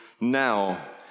now